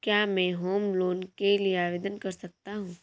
क्या मैं home loan के लिए आवेदन कर सकता हूं?